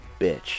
bitch